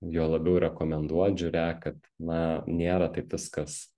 juo labiau rekomenduot žiūrėk kad na nėra taip viskas